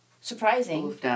surprising